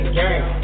game